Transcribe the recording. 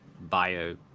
bio